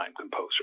composer